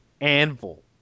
anvil